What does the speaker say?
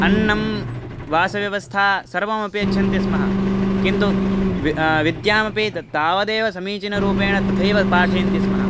अन्नं वासव्यवस्था सर्वमपि यच्छन्ति स्म किन्तु विद्यामपि तत् तावदेव समीचीनरूपेण तथैव पाठयन्ति स्म